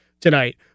tonight